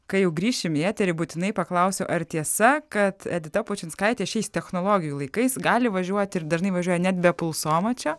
kai jau grįšim į eterį būtinai paklausiu ar tiesa kad edita pučinskaitė šiais technologijų laikais gali važiuoti ir dažnai važiuoja net be pulsomačio